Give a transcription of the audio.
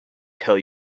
tell